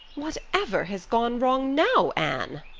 whatever has gone wrong now, anne?